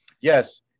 Yes